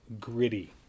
Gritty